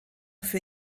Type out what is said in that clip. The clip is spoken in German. für